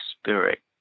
spirit